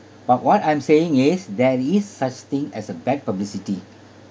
but what I'm saying is there is such thing as a bad publicity